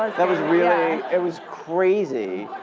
that was really it was crazy.